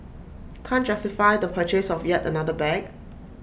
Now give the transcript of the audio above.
can't justify the purchase of yet another bag